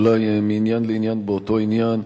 אולי מעניין לעניין באותו עניין.